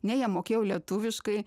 ne jie mokėjo lietuviškai